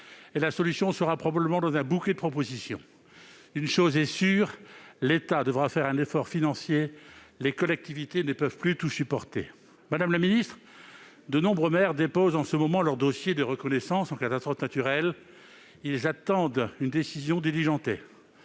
la solution résidera probablement dans un bouquet de propositions. Une chose est sûre : l'État devra faire un effort financier, car les collectivités ne peuvent plus tout supporter ! Madame la ministre, de nombreux maires déposent en ce moment leur dossier de reconnaissance de l'état de catastrophe naturelle. Ils attendent une décision diligente.